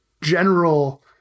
general